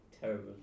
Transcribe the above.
Terrible